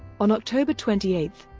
on october twenty eight,